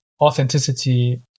authenticity